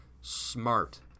smart